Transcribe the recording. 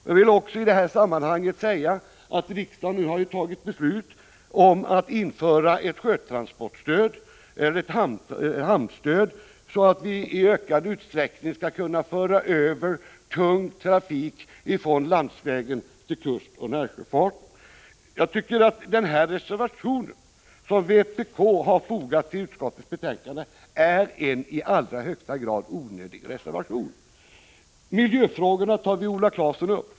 Jag vill också i detta sammanhang säga att riksdagen har fattat beslut om att införa ett sjötransportstöd, ett hamnstöd, så att vi i ökad utsträckning skall kunna föra över tung trafik från landsväg till kustoch närsjöfart. Jag tycker att den reservation som vpk fogat till utskottets betänkande är i allra högsta grad onödig. Miljöfrågorna tar Viola Claesson upp.